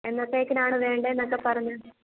എന്നത്തേയ്ക്കാണ് വേണ്ടതെന്ന് ഒക്കെ പറഞ്ഞാൽ